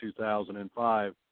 2005